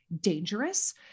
dangerous